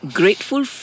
grateful